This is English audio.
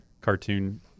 cartoon